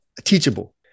teachable